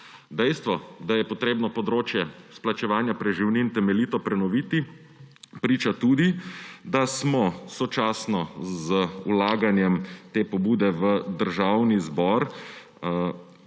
Dejstvo, da je treba področje izplačevanja preživnin temeljito prenoviti, priča tudi, da smo sočasno z vlaganjem te pobude v Državni zbor